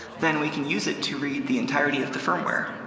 then we can use it to read the entirety of the firmware.